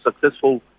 successful